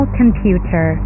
computer